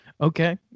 Okay